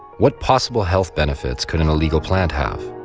what possible health benefits could an illegal plant have